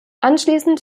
anschließend